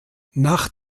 nach